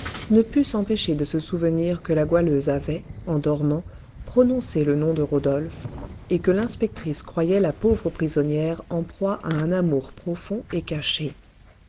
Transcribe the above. ne put s'empêcher de se souvenir que la goualeuse avait en dormant prononcé le nom de rodolphe et que l'inspectrice croyait la pauvre prisonnière en proie à un amour profond et caché